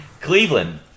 Cleveland